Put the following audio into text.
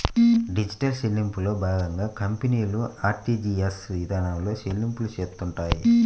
digital చెల్లింపుల్లో భాగంగా కంపెనీలు ఆర్టీజీయస్ ఇదానంలో చెల్లింపులు చేత్తుంటాయి